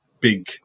big